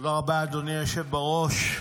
תודה רבה, אדוני היושב בראש.